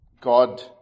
God